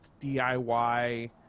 DIY